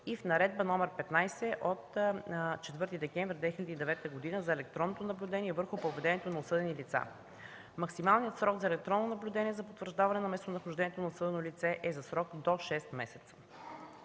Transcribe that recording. и в Наредба 15 от 4 декември 2009 г. за електронното наблюдение върху поведението на осъдени лица. Максималният срок за електронно наблюдение и за потвърждаване на местонахождението на осъдено лице е за срок до шест месеца.